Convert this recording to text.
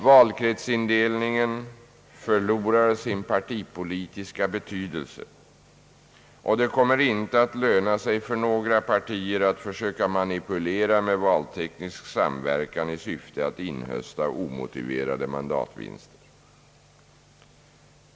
Valkretsindelningen förlorar sin partipolitiska betydelse, och det kommer inte att löna sig för några partier att försöka manipulera med valteknisk samverkan i syfte att inhösta omotiverade mandatvinster.